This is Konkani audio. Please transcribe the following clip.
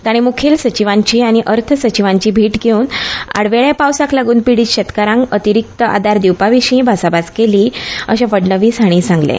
तांणी मुखेल सचिवांची आनी अर्थ सचिवांची भेट घेवन आडवेळ्या पावसाक लागून पिडित शेतकारांक अतिरिक्त आधार दिवपा विशीं भासाभास केली अशें फडणवीस हांणी सांगलें